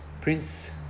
Prince